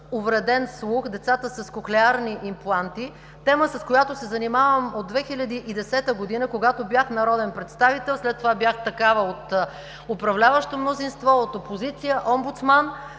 увреден слух, децата с кохлеарни импланти – тема, с която се занимавам от 2010 г., когато бях народен представител. След това бях такава от управляващото мнозинство, от опозицията,